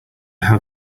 how